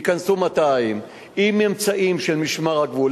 ייכנסו 200. עם אמצעים של משמר הגבול,